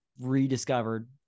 rediscovered